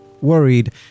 worried